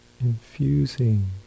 infusing